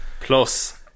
plus